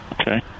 Okay